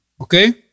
Okay